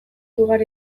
ugari